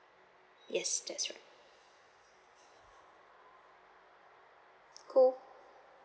yes that's right cool